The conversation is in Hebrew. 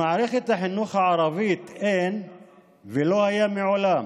למערכת החינוך הערבית אין ולא הייתה מעולם